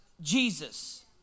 Jesus